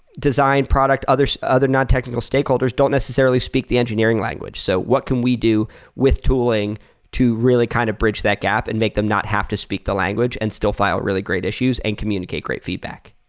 design product, others non-technical stakeholders don't necessarily speak the engineering language. so what can we do with tooling to really kind of bridge that gap and make them not have to speak the language and still file really great issues and communicate great feedback?